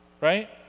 right